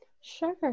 Sure